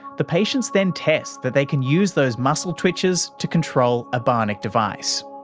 the patients then test that they can use those muscle twitches to control a bionic device.